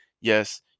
yes